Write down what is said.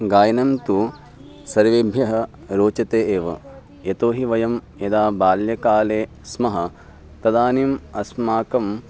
गायनं तु सर्वेभ्यः रोचते एव यतोहि वयं यदा बाल्यकाले स्मः तदानीम् अस्माकम्